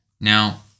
Now